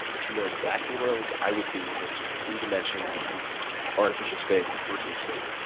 to know exactly where ah i would be in this sort of three dimensional artificial space, this virtual space,